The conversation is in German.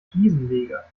fliesenleger